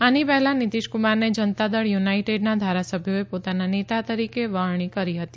આની પહેલા નીતિશકુમારને જનતા દળ યુનાઇોડના ધારાસભ્યોએ પોતાના નેતા તરીકે વરણી કરી હતી